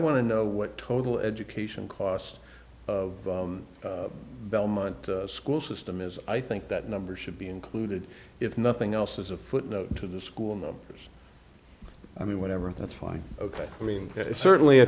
want to know what total education cost of belmont school system is i think that number should be included if nothing else as a footnote to the school numbers i mean whatever that's fine ok i mean certainly i